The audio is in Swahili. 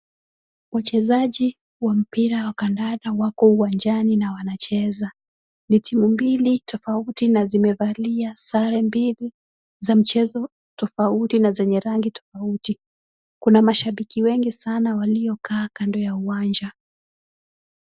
Wachezaji wa mpira wa kandanda wako uwanjani na wanacheza, ni timu mbili tofauti na zimevalia sare mbili za mchezo tofauti na zenye rangi tofauti. Kuna mashabiki wengi sana waliokaa kando ya uwanja.